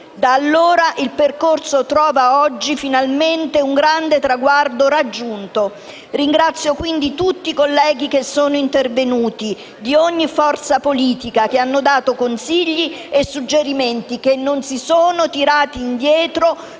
Da allora, il percorso trova oggi finalmente un grande traguardo raggiunto. Ringrazio, quindi, tutti i colleghi che sono intervenuti, di ogni forza politica, e che hanno dato consigli e suggerimenti, che non si sono tirati indietro,